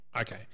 okay